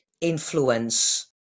influence